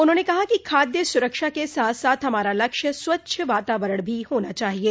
उन्होंने कहा कि खाद्य सुरक्षा के साथ साथ हमारा लक्ष्य स्वच्छ वातावरण भी होना चाहिये